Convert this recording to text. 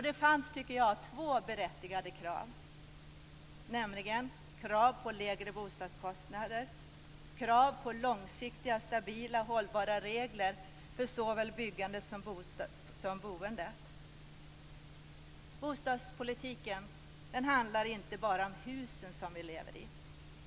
Det fanns två, tycker jag, berättigade krav, nämligen krav på lägre bostadskostnader och krav på långsiktiga, stabila och hållbara regler för såväl byggandet som boendet. Bostadspolitiken handlar inte bara om husen som vi lever i.